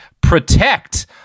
protect